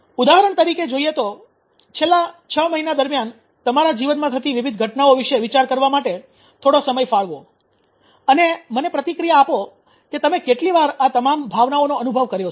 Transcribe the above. ઉદાહરણ તરીકે જોઈએ તો છેલ્લા છ મહિના દરમિયાન તમારા જીવનમાં થતી વિવિધ ઘટનાઓ વિશે વિચાર કરવા માટે થોડો સમય ફાળવો અને મને પ્રતિક્રિયા આપો કે તમે કેટલી વાર આ તમામ ભાવનાઓનો અનુભવ કર્યો છે